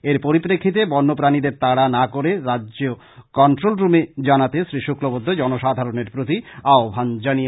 এর পরিপ্রেক্ষিতে বন্যপ্রানীদের তাড়া না করে রাজ্য কন্ট্রোল রুমে জানাতে শ্রী শুক্লবৈদ্য জনসাধারণের প্রতি আহ্বান জানান